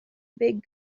big